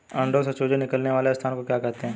अंडों से चूजे निकलने वाले स्थान को क्या कहते हैं?